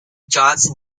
johnston